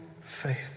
faith